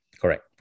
Correct